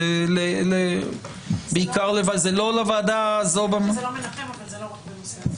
זה לא לוועדה הזאת -- אני מניחה שזה לא מנחם אבל זה לא רק בנושא הזה.